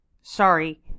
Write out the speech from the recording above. sorry